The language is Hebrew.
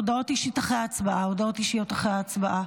הודעות אישיות אחרי ההצבעה.